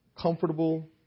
comfortable